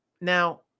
Now